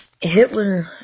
Hitler